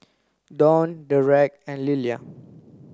Dawne Dereck and Lillia